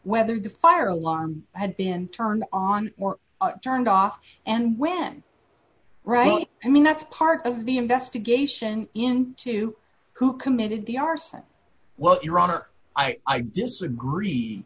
whether the fire alarm had been turned on or turned off and when right i mean that's part of the investigation into who committed the arson well your honor i disagree